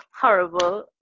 horrible